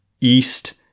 East